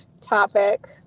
topic